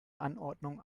anordnungen